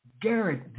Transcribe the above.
Garrett